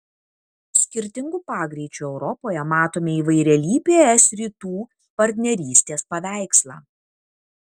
skirtingų pagreičių europoje matome įvairialypį es rytų partnerystės paveikslą